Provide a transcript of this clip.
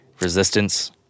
resistance